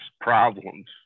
problems